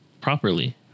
properly